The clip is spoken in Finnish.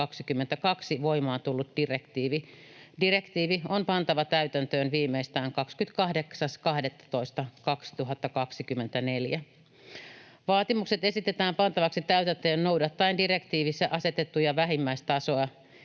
ja neuvoston direktiivi. Direktiivi on pantava täytäntöön viimeistään 28.12.2024. Vaatimukset esitetään pantavaksi täytäntöön noudattaen direktiivissä asetettua vähimmäistasoa,